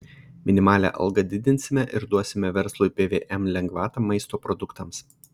minimalią algą didinsime ir duosime verslui pvm lengvatą maisto produktams